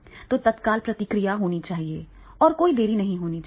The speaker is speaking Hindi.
तो तत्काल प्रतिक्रिया होनी चाहिए और कोई देरी नहीं होनी चाहिए